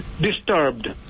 disturbed